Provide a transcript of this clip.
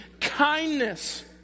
kindness